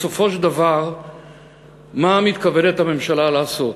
בסופו של דבר מה מתכוונת הממשלה לעשות?